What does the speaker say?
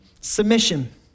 Submission